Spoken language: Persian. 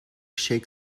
شیک